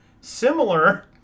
similar